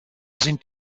sind